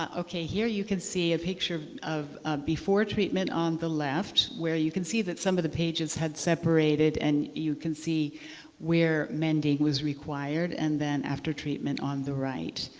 okay, here you can see a picture of before treatment on the left where you can see that some of the pages had separated, and you can see where mending was required. and then after treatment on the right.